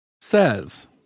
says